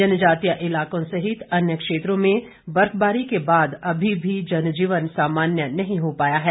जनजातीय इलाकों सहित अन्य क्षेत्रों में बर्फबारी के बाद अभी जनजीवन सामान्य नहीं हो पाया है